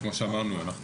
כמו שאמרנו,